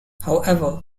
however